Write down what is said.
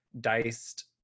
diced